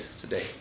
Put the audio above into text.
today